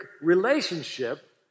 relationship